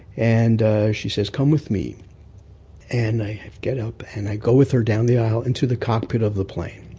and she says come with me and i get up and i go with her down the aisle and to the cockpit of the plane.